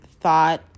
Thought